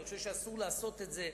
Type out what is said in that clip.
אני חושב שאסור לעשות את זה.